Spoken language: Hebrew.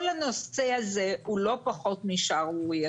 כל הנושא הזה הוא לא פחות משערורייתי.